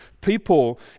people